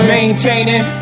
Maintaining